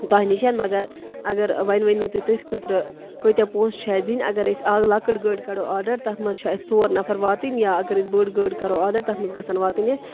تۄہہِ نِش مگر اگر وۄنۍ ؤنو تُہۍ تٔتھۍ خٲطرٕ کۭتیٛاہ پونٛسہٕ چھِ اَسہِ دِنۍ اگر اَسہِ اَکھ لۄکٕٹ گٲڑۍ کَڑو آرڈر تَتھ منٛز چھِ اَسہِ ژور نَفَر واتٕنۍ یا اگر أسۍ بٔڑ گٲڑ کَرو آرڈر تَتھ منٛز گژھن واتٕنۍ اَسہِ